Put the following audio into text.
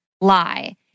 lie